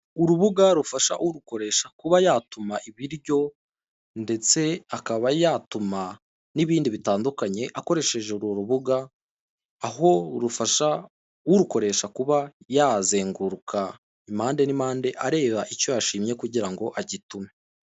Urubuga rufasha urukoresha kuba yatuma ibiryo ndetse akaba yatuma n'ibindi bitandukanye akoresheje uru rubuga, aho rufasha urukoresha kuba yazenguruka impande n'impande areba icyo yashimye kugira ngo agitume.